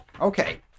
Okay